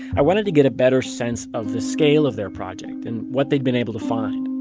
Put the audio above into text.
i wanted to get a better sense of the scale of their project and what they'd been able to find.